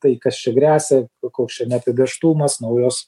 tai kas čia gresia koks čia neapibrėžtumas naujos